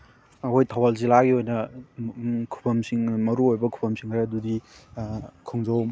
ꯑꯩꯈꯣꯏ ꯊꯧꯕꯥꯜ ꯖꯤꯜꯂꯥꯒꯤ ꯑꯣꯏꯅ ꯈꯨꯕꯝꯁꯤꯡ ꯃꯔꯨ ꯑꯣꯏꯕ ꯈꯨꯕꯝꯁꯤꯡ ꯈꯔ ꯑꯗꯨꯗꯤ ꯈꯣꯡꯖꯣꯝ